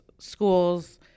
schools